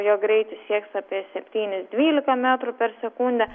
jo greitis sieks apie septynis dvylika metrų per sekundę